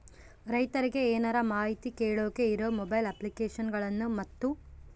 ರೈತರಿಗೆ ಏನರ ಮಾಹಿತಿ ಕೇಳೋಕೆ ಇರೋ ಮೊಬೈಲ್ ಅಪ್ಲಿಕೇಶನ್ ಗಳನ್ನು ಮತ್ತು?